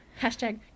hashtag